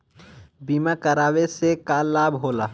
बीमा करावे से का लाभ होला?